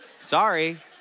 sorry